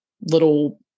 little